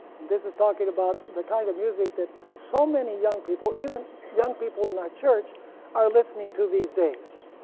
and this is talking about the kind of music that so many young people, even young people in our church are listening to these days,